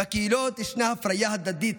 בקהילות יש הפריה הדדית,